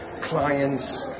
clients